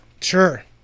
Sure